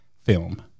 film